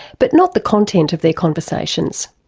but not the content of their conversations.